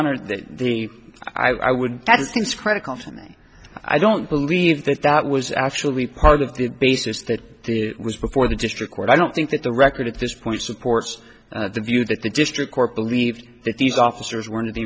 honor that the i would that seems critical for me i don't believe that that was actually part of the basis that was before the district court i don't think that the record at this point supports the view that the district court believed that these officers were under the